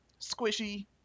squishy